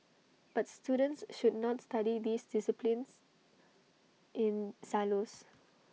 but students should not study these disciplines in silos